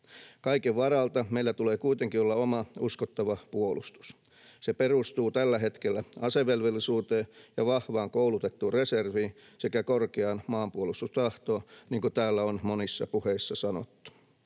Kaiken varalta meillä tulee kuitenkin olla oma, uskottava puolustus. Se perustuu tällä hetkellä asevelvollisuuteen ja vahvaan, koulutettuun reserviin sekä korkeaan maanpuolustustahtoon, niin kuin täällä on monissa puheissa sanottu.